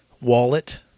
Wallet